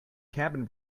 cabin